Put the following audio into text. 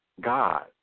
God